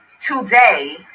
today